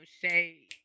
shade